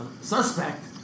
suspect